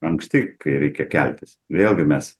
anksti kai reikia keltis vėlgi mes